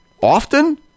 often